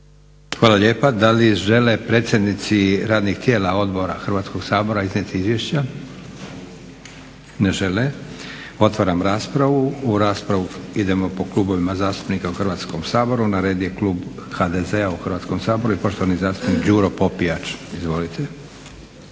Hvala lijepa. Da li žele predsjednici radnih tijela odbora Hrvatskog sabora iznijeti izvješća? Ne žele. Otvaram raspravu. U raspravu idemo po klubovima zastupnika u Hrvatskom saboru. Na redu je klub HDZ-a u Hrvatskom saboru i poštovani zastupnik Đuro Popijač. Izvolite.